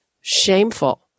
shameful